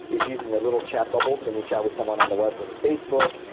it's using the little chat bubbles when you chat with someone on the web and facebook.